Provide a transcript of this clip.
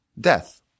Death